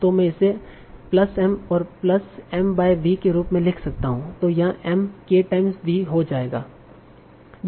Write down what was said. तों मैं इसे प्लस m और प्लस m बाय V के रूप में लिख सकता हूं तों यहाँ m k टाइम्स v हो जायेगा